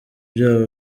byabo